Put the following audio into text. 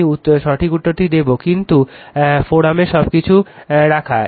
আমি সঠিক উত্তর দেব কিন্তু ফোরামে সবকিছু রাখ